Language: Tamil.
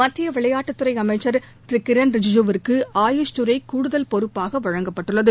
மத்திய விளையாட்டுத் துறை அமைச்சர் திரு கிரண் ரிஜிஐூ வுக்கு ஆயுஷ் துறை கூடுதல் பொறுப்பாக வழங்கப்பட்டுள்ளது